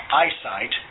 eyesight